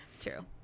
True